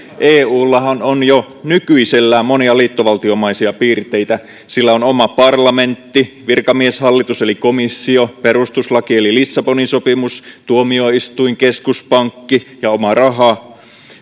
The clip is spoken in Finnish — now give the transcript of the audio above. eullahan on jo nykyisellään monia liittovaltiomaisia piirteitä sillä on oma parlamentti virkamieshallitus eli komissio perustuslaki eli lissabonin sopimus tuomioistuin keskuspankki ja oma raha